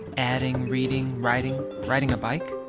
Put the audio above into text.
adding, reading, writing, riding a bike,